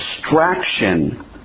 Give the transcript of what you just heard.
distraction